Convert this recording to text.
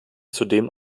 zudem